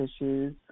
issues